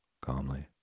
calmly